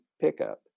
pickup